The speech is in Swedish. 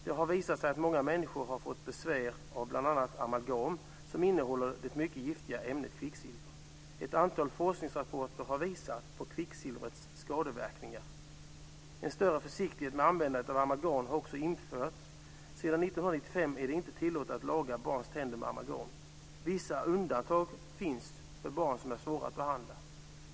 Det har visat sig att många människor har fått besvär av bl.a. amalgam, som innehåller det mycket giftiga ämnet kvicksilver. Ett antal forskningsrapporter har visat på kvicksilvrets skadeverkningar. Bestämmelser om en större försiktighet med användandet av amalgam har också införts. Sedan 1995 är det inte tillåtet att laga barns tänder med amalgam. Undantag ges för barn som är svåra att behandla.